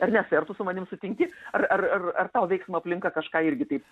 ernestai ar tu su manim sutinki ar ar ar ar tau veiksmo aplinka kažką irgi taip